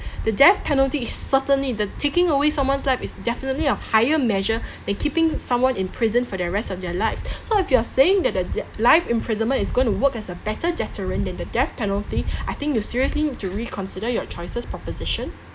the death penalty is certainly the taking away someone's life is definitely of higher measure than keeping someone in prison for their rest of their lives so if you're saying that the th~ life imprisonment is going to work as a better deterrent than the death penalty I think you seriously need to reconsider your choices proposition